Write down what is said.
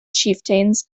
chieftains